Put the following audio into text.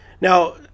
now